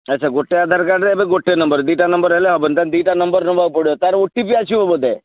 ଆଚ୍ଛା ଗୋଟେ ଆଧାର କାର୍ଡ଼ରେ ଏବେ ଗୋଟେ ନମ୍ବର ଦୁଇଟା ନମ୍ବର ହେଲେ ହେବନି ତା'ହେଲେ ଦୁଇଟା ନମ୍ବର ନେବାକୁ ପଡ଼ିବ ତାର ଓ ଟି ପି ଆସିବ ବୋଧେ